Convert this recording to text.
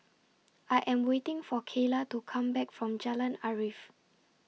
I Am waiting For Kaylah to Come Back from Jalan Arif